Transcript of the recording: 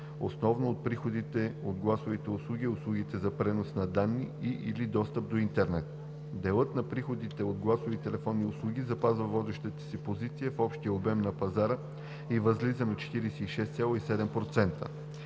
основно от приходите от гласовите услуги и услугите за пренос на данни и/или достъп до интернет. Делът на приходите от гласови телефонни услуги запазва водещата си позиция в общия обем на пазара и възлиза на 46,7%.